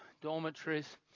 dormitories